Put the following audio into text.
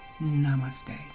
Namaste